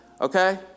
Okay